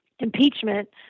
impeachment